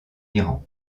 iran